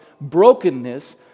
brokenness